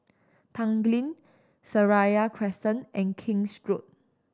Tanglin Seraya Crescent and King's Road